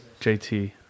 JT